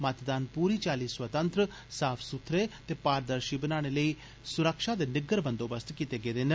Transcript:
मतदान पूरी चालल स्वतंत्र साफ सुथरे ते पारदर्शी बनाने लेई सुरक्षा दे निग्गर बंदोबस्त कीते गेदे न